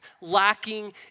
lacking